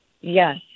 yes